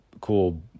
cool